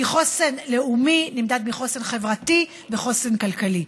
כי חוסן לאומי נמדד בחוסן חברתי וחוסן כלכלי.